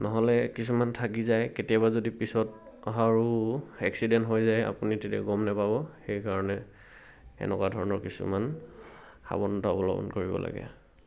নহ'লে কিছুমান থাকি যায় কেতিয়াবা যদি পিছত আৰু এক্সিডেণ্ট হৈ যায় আপুনি তেতিয়া গম নেপাব সেইকাৰণে এনেকুৱা ধৰণৰ কিছুমান সাৱধানতা অৱলম্বন কৰিব লাগে